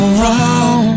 wrong